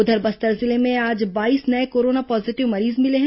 उधर बस्तर जिले में आज बाईस नये कोरोना पॉजीटिव मरीज मिले हैं